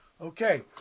okay